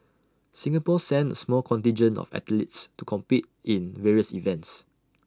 Singapore sent A small contingent of athletes to compete in various events